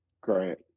Great